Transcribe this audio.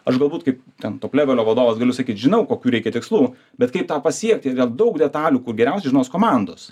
aš galbūt kaip ten top levelio vadovas galiu sakyt žinau kokių reikia tikslų bet kaip tą pasiekti yra daug detalių kur geriausiai žinos komandos